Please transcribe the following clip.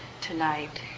tonight